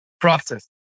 process